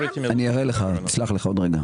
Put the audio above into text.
אני אראה לך, אני אשלח לך עוד רגע.